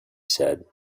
said